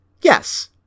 Yes